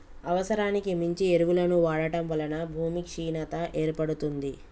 అవసరానికి మించి ఎరువులను వాడటం వలన భూమి క్షీణత ఏర్పడుతుంది